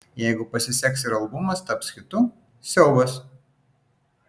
jeigu pasiseks ir albumas taps hitu siaubas